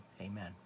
Amen